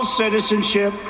citizenship